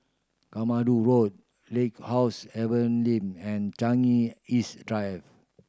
Katmandu Road house and Changi East Drive